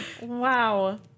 Wow